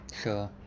Sure